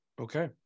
Okay